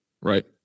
Right